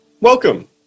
Welcome